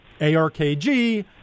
ARKG